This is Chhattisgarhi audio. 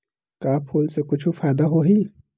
का फूल से कुछु फ़ायदा होही?